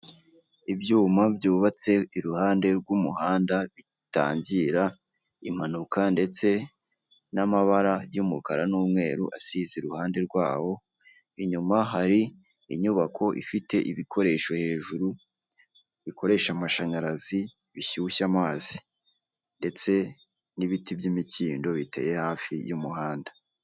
Ibyuma byubatse iruhande rw'umuhanda bitangira impanuka ndetse n'amabara y'umukara n'umweru asize iruhande rwawo inyuma hari inyubako ifite ibikoresho hejuru bikoresha amashanyarazi bishyushya amazi ndetse n'ibiti by'imikindo biteye hafi y'umuhanda.